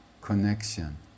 connection